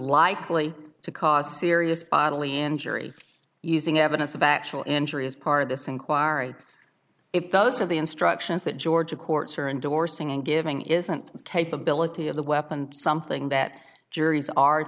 likely to cause serious bodily injury using evidence of actual injury as part of this inquiry if those are the instructions that georgia courts are endorsing and giving isn't the capability of the weapon something that juries are